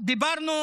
דיברנו